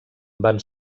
van